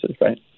right